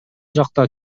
жакта